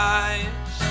eyes